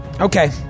Okay